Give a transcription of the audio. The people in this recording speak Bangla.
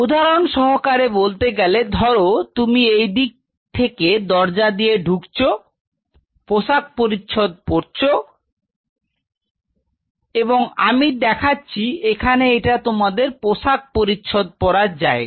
উদাহরণ সহকারে বলতে গেলে ধরো তুমি এই দিক থেকে দরজা দিয়ে ঢুকছো পোশাক পরিচ্ছদ পরছো এবং আমি দেখাচ্ছি এখানে এটা তোমাদের পোশাক পরিচ্ছদ পরার জায়গা